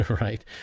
right